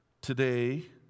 Today